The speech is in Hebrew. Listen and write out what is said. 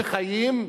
שחיים,